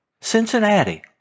Cincinnati